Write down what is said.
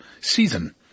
season